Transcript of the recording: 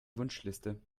wunschliste